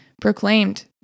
proclaimed